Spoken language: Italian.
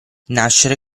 nascere